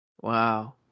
Wow